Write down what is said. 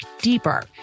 deeper